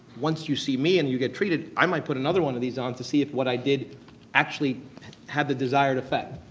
once you see me and you get treated i might put another one of these on to see if what i did actually had the desired effect.